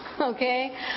Okay